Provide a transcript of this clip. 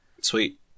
Sweet